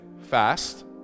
fast